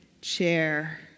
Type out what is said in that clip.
chair